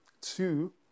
Two